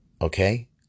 Okay